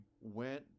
went